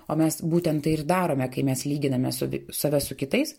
o mes būtent tai ir darome kai mes lyginame su save su kitais